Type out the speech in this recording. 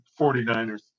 49ers